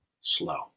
slow